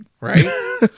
Right